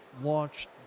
launched